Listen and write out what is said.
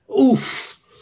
Oof